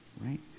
right